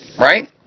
right